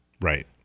Right